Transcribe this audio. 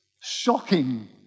shocking